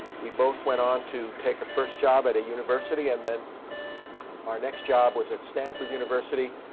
we both went on to take a first job at a university. and then our next job was at stanford university,